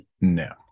no